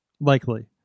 likely